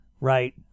right